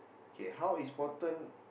okay how important